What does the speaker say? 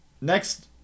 Next